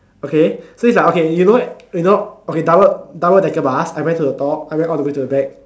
okay so it's like okay you know what you know okay double double decker bus I went to the top I went all the way to the back